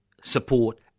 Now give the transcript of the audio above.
support